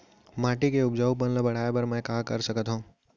माटी के उपजाऊपन ल बढ़ाय बर मैं का कर सकथव?